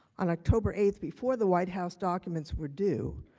on october eight before the white house documents were due,